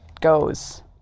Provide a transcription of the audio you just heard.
goes